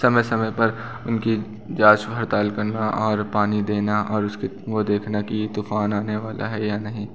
समय समय पर उनकी जाँच पड़ताल करना और पानी देना और उसकी वो देखना कि तूफ़ान आने वाला है या नहीं